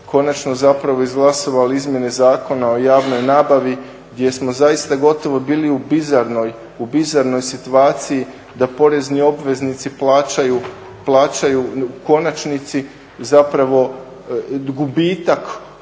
konačno izglasovali izmjene Zakona o javnoj nabavi gdje smo gotovo bili u bizarnoj situaciji da porezni obveznici plaćaju u konačnici gubitak.